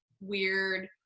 weird